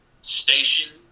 station